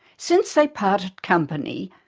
since they parted company,